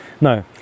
no